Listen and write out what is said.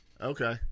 Okay